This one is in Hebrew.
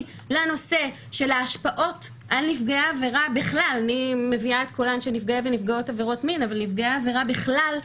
לנושא של ההשפעות של החוק הזה על נפגעי עברות ככלל,